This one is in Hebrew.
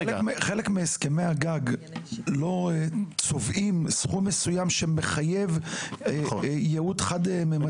חלק מהסכמי הגג לא צובעים סכום מסוים שמחייב ייעוד חד מימדי?